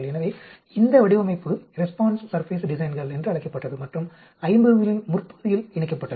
எனவே இந்த வடிவமைப்பு ரெஸ்பான்ஸ் சர்ஃபேஸ் டிசைன்கள் என்று அழைக்கப்பட்டது மற்றும் 50 களின் முற்பகுதியில் இணைக்கப்பட்டது